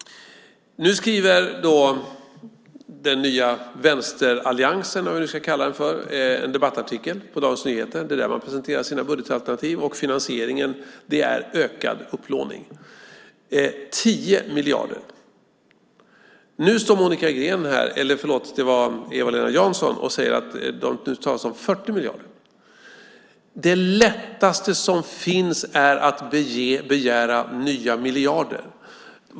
Nu har den nya vänsteralliansen - eller vad vi ska kalla den - en debattartikel i Dagens Nyheter. Det är där de presenterar sina budgetalternativ. Finansieringen är ökad upplåning. Det är fråga om 10 miljarder. Nu står Eva-Lena Jansson och säger att det talas om 40 miljarder. Det lättaste som finns är att begära nya miljarder.